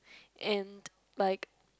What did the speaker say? and like